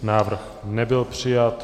Návrh nebyl přijat.